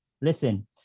Listen